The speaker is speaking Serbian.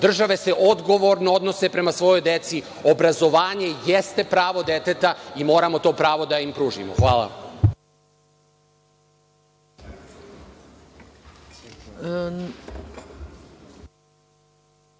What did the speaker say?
Države se odgovorno odnose prema svojoj deci, obrazovanje jeste pravo deteta i moramo to pravo da im pružimo. Hvala.